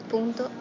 Punto